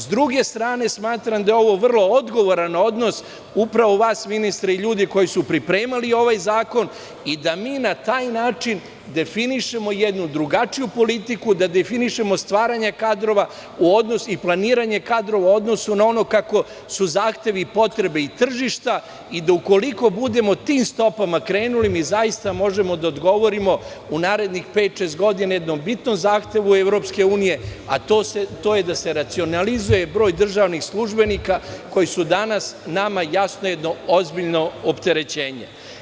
Smatram da je ovo vrlo odgovoran odnos, upravo vas, ministre, i ljudi koji su pripremali ovaj zakon i da na taj način definišemo jednu drugačiju politiku, da definišemo stvaranje i planiranje kadrova u odnosu na ono kakvi su zahtevi i potrebe tržišta i da ukoliko budemo tim stopama krenuli mi zaista možemo da odgovorimo u narednih pet, šest godina jednom bitnom zahtevu EU, a to je da se racionalizuje broj državnih službenika, koji su danas nama jedno ozbiljno opterećenje.